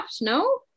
no